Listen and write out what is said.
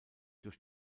durch